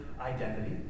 identity